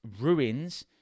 ruins